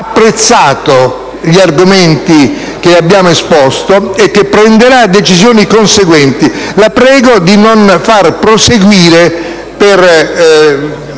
apprezzato gli argomenti che le abbiamo esposto e che prenderà decisioni conseguenti. La prego di non far proseguire,